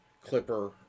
Clipper